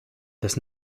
does